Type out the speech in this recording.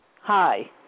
Hi